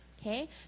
okay